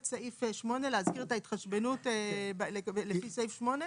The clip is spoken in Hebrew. סעיף 8 להזכיר את ההתחשבנות לפי סעיף 8?